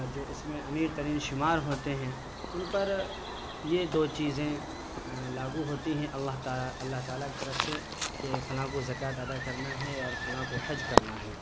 جو اس میں امیر ترین شمار ہوتے ہیں ان پر یہ دو چیزیں لاگو ہوتی ہیں اللہ اللہ تعالیٰ کی طرف سے کہ فلاں کو زکوۃ ادا کرنا ہے اور فلاں کو حج کرنا ہے